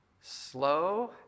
Slow